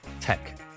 tech